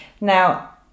now